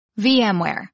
VMware